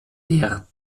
der